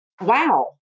wow